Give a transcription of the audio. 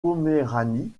poméranie